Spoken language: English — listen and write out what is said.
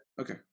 Okay